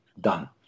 done